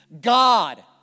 God